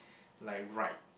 like right